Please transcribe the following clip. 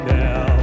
now